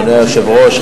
אדוני היושב-ראש,